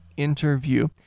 interview